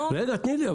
רגע, תני לי.